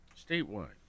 statewide